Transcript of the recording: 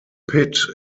pit